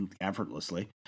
effortlessly